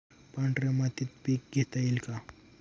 पांढऱ्या मातीत पीक घेता येईल का?